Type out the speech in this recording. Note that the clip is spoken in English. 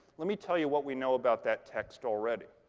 let me tell you what we know about that text already.